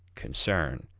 concern,